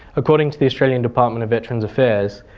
according to the australian department of veterans affairs,